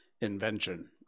invention